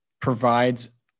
provides